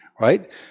right